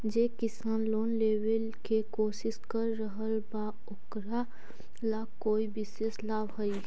जे किसान लोन लेवे के कोशिश कर रहल बा ओकरा ला कोई विशेष लाभ हई?